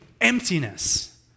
emptiness